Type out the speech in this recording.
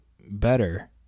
better